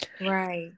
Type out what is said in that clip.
Right